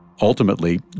Ultimately